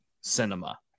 cinema